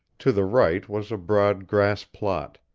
to the right was a broad grass-plot,